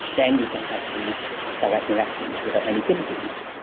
then you can have free direct elections without any difficulties.